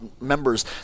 members